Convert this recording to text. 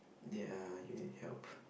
ya you need help